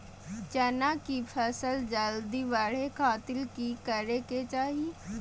चना की फसल जल्दी बड़े खातिर की करे के चाही?